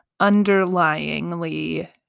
underlyingly